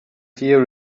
dear